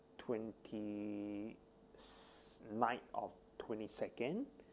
twenty night of twenty second